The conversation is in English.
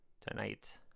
tonight